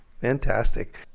fantastic